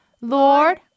Lord